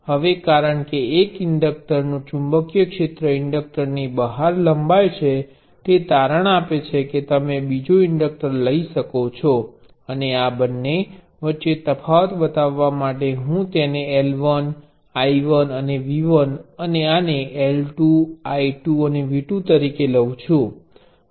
હવે કારણ કે એક ઇન્ડક્ટરનુ ચુંબકીય ક્ષેત્ર ઇન્ડક્ટરની બહાર લંબાય છે તે તારણ આપે છે કે તમે બીજો ઇન્ડક્ટર લઈ શકો છો અને આ બંને વચ્ચે તફાવત બતાવવા માટે હું તેને L1 I1 અને V1 અને આને L2 I2 અને V2 તરીકે લઉં છું